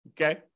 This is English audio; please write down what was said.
okay